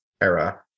era